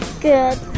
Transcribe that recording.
Good